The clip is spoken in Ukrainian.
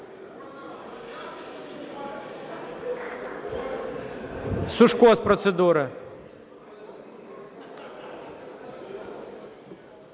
Сушко – з процедури.